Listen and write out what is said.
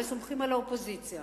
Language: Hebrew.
וסומכים על האופוזיציה.